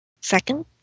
Second